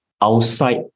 outside